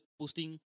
posting